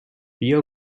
بیا